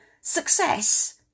success